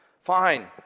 Fine